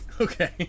Okay